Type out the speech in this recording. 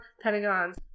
Pentagon's